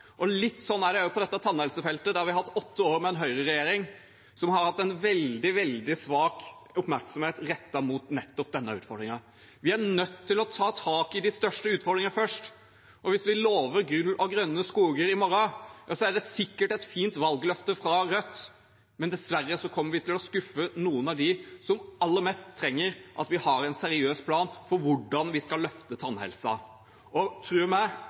Litt sånn er det også på tannhelsefeltet. Der har vi hatt åtte år med en høyreregjering som har hatt veldig, veldig svak oppmerksomhet rettet mot nettopp denne utfordringen. Vi er nødt til å ta tak i de største utfordringene først, og hvis vi lover gull og grønne skoger i morgen, da er det sikkert et fint valgløfte fra Rødt. Men dessverre kommer vi til å skuffe noen av dem som aller mest trenger at vi har en seriøs plan for hvordan vi skal løfte tannhelsen. Tro meg: